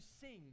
sing